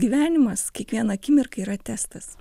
gyvenimas kiekviena akimirka yra testas